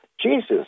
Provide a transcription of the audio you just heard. Jesus